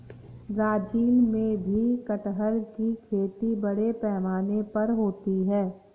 Brazil में भी कटहल की खेती बड़े पैमाने पर होती है